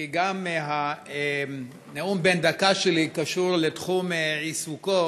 כי גם הנאום בן הדקה שלי קשור לתחום עיסוקו.